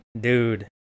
Dude